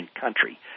country